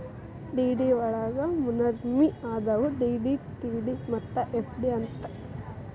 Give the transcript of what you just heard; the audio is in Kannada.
ಡಿ.ಡಿ ವಳಗ ಮೂರ್ನಮ್ನಿ ಅದಾವು ಡಿ.ಡಿ, ಟಿ.ಡಿ ಮತ್ತ ಎಫ್.ಡಿ ಅಂತ್